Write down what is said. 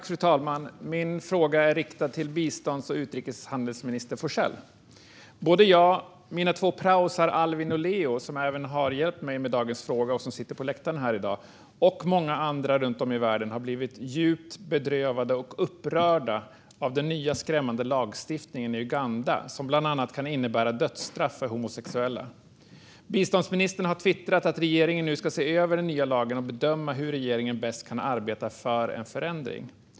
Fru talman! Min fråga riktar sig till bistånds och utrikeshandelsminister Johan Forssell. Både jag och mina två praoelever Alvin och Leo, som har hjälpt mig med dagens fråga och som sitter på läktaren här i dag, och många andra runt om i världen har blivit djupt bedrövade och upprörda av den nya, skrämmande lagstiftningen i Uganda, som bland annat kan innebära dödsstraff för homosexuella. Biståndsministern har twittrat att regeringen nu ska se över den nya lagen och bedöma hur regeringen bäst kan arbeta för en förändring.